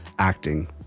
acting